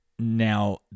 Now